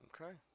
Okay